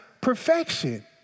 perfection